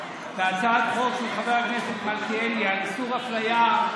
בהצעת החוק של חבר הכנסת מלכיאלי על איסור אפליה,